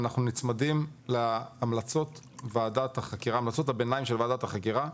אנחנו נצמדים להמלצות הביניים של ועדת החקירה,